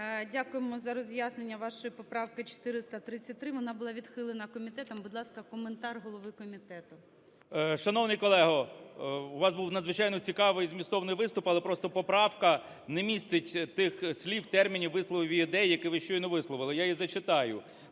Дякуємо за роз'яснення вашої поправки 433, вона була відхилена комітетом. Будь ласка, коментар голови комітету. 16:27:28 КНЯЖИЦЬКИЙ М.Л. Шановний колего, у вас був надзвичайно цікавий, змістовний виступ, але просто поправка не містить тих слів, термінів, висловів і ідей, які ви щойно висловили. Я її зачитаю.